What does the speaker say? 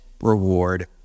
reward